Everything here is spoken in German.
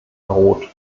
roth